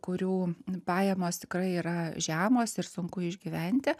kurių pajamos tikrai yra žemos ir sunku išgyventi